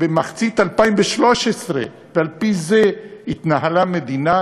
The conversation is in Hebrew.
במחצית 2013. על-פי זה התנהלה מדינה,